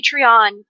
Patreon